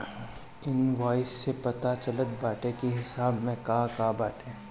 invoice से पता चलत बाटे की हिसाब में का का बाटे